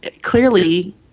clearly